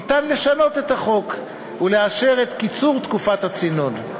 ניתן לשנות את החוק ולאשר את קיצור תקופת הצינון.